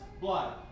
blood